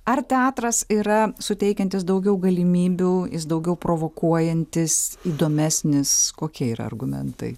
ar teatras yra suteikiantis daugiau galimybių jis daugiau provokuojantis įdomesnis kokie yra argumentai